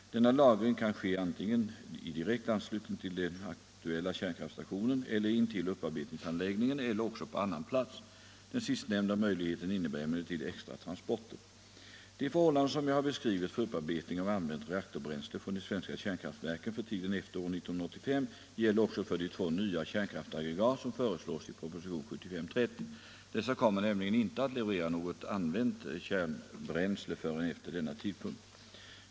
Denna lagring kan ske antingen i direkt anslutning till den aktuella kärnkraftstationen eller intill upparbetningsanläggningen eller också på annan plats. Den sistnämnda möjligheten innebär emellertid extra transporter. De förhållanden som jag har beskrivit för. upparbetning av använt reaktorbränsle från de svenska kärnkraftverken för tiden efter år 1985 gäller också för de två nya kärnkraftsaggregat som föreslås i propositionen 30 år 1975. Dessa kommer nämligen inte att leverera något använt kärnbränsle förrän efter denna tidpunkt.